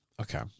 Okay